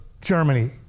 Germany